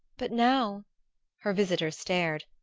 but now her visitor stared.